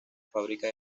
fábrica